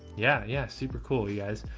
yeah, yeah. super cool you guys.